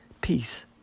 peace